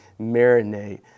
marinate